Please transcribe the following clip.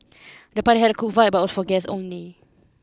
the party had a cool vibe but was for guests only